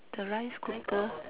the rice cooker